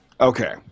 okay